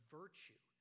virtue